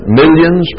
millions